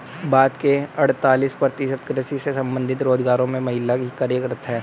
भारत के अड़तालीस प्रतिशत कृषि से संबंधित रोजगारों में महिलाएं ही कार्यरत हैं